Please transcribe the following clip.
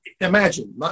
imagine